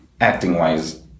Acting-wise